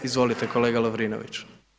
Izvolite kolega Lovrinović.